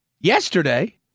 yesterday